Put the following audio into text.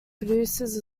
produces